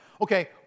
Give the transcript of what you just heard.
Okay